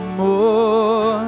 more